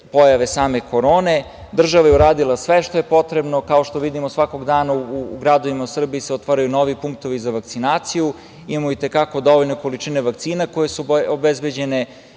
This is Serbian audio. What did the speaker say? pojave same korone. Država je uradila sve što je potrebno. Kao što vidimo, svakog dana u gradovima u Srbiji se otvaraju novi punktovi za vakcinaciju, imamo i te kako dovoljno količine vakcina koje su obezbeđene.